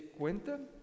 cuenta